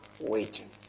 waiting